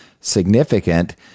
significant